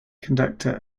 conductor